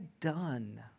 done